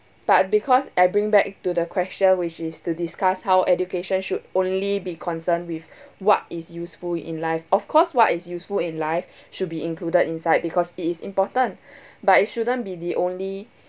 but because I bring back to the question which is to discuss how education should only be concerned with what is useful in life of course what is useful in life should be included inside because it is important but it shouldn't be the only